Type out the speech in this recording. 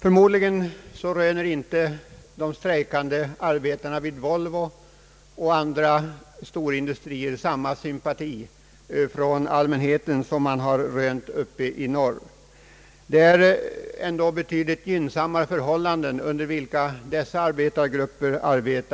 Förmodligen röner inte de strejkande arbetarna vid Volvo och andra stora industrier samma sympati från allmänheten som gruvarbetarna uppe i norr. - Arbetsförhållandena vid de nämnda industrierna är dock relativt